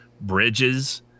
bridges